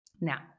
Now